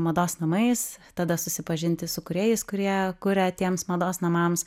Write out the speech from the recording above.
mados namais tada susipažinti su kūrėjais kurie kuria tiems mados namams